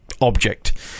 object